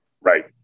right